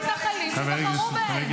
מה תעשה עם המתנחלים שבחרו בהם?